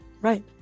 right